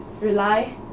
rely